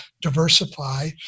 diversify